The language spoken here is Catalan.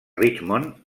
richmond